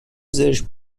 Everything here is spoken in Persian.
زرشک